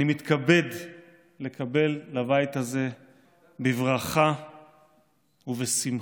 אני מתכבד לקבל לבית הזה בברכה ובשמחה